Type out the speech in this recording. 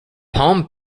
palm